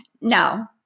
no